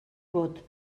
vot